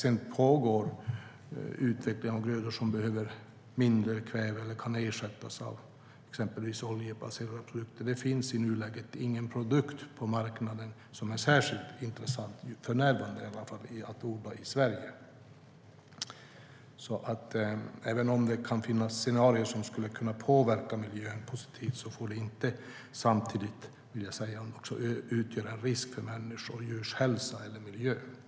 Det pågår utveckling av grödor som behöver mindre kväve eller kan ersättas av exempelvis oljebaserade produkter. Men det finns i nuläget ingen produkt på marknaden som för närvarande är särskilt intressant att odla i Sverige. Även om det kan finnas scenarier som skulle kunna påverka miljön positivt får de inte samtidigt utgöra en risk för människors och djurs hälsa eller miljö - det vill jag säga.